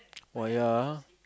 oh ya ah